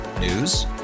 News